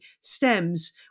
stems